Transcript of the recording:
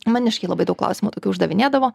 maniškiai labai daug klausimų tokių uždavinėdavo